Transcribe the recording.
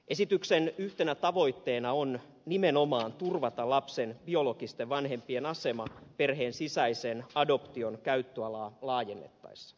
esityksen yhtenä tavoitteena on nimenomaan turvata lapsen biologisten vanhempien asema perheen sisäisen adoption käyttöalaa laajennettaessa